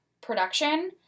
production